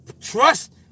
trust